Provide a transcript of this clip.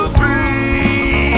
free